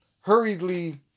hurriedly